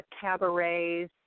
cabarets